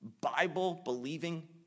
Bible-believing